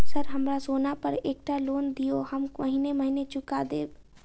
Sir हमरा सोना पर एकटा लोन दिऽ हम महीने महीने चुका देब?